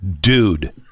dude